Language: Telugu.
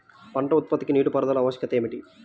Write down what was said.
పంట ఉత్పత్తికి నీటిపారుదల ఆవశ్యకత ఏమిటీ?